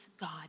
God